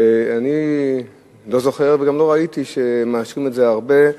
ואני לא זוכר וגם לא ראיתי שמאשרים את זה הרבה,